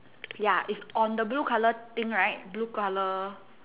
ya it's on the blue colour thing right blue colour